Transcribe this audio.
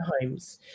homes